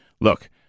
Look